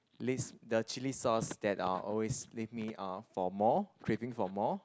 leaves the chilli sauce that are always leave me ah for more craving for more